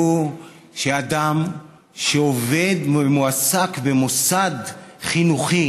שאדם שעובד ומועסק במוסד חינוכי